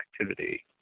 activity